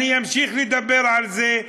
אני אמשיך לדבר על זה,